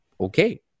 okay